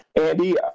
Andy